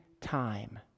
time